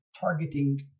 targeting